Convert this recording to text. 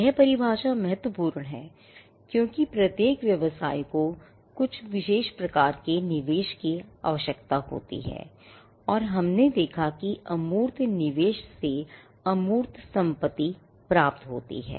यह परिभाषा महत्वपूर्ण है क्योंकि प्रत्येक व्यवसाय को कुछ प्रकार के निवेश की भी आवश्यकता होती है और हमने देखा कि अमूर्त निवेश से अमूर्त संपत्ति प्राप्त होती है